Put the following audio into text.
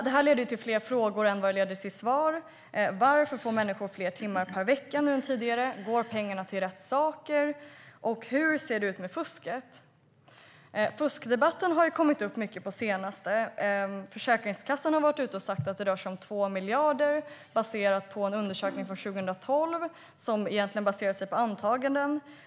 Det här leder till fler frågor än svar: Varför får människor fler timmar per vecka nu än tidigare, går pengarna till rätt saker och hur ser det ut med fusket? Fuskdebatten har kommit upp mycket den senaste tiden. Försäkringskassan har sagt att det rör sig om 2 miljarder baserat på en undersökning från 2012, som egentligen baserar sig på antaganden.